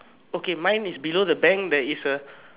okay mine is below the bank there is a